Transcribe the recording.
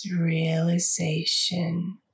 realization